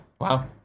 Wow